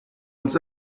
uns